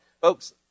Folks